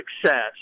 success